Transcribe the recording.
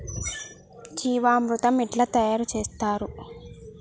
జీవామృతం ఎట్లా తయారు చేత్తరు?